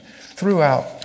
throughout